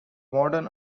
modern